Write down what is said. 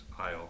aisle